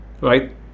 right